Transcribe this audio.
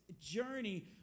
journey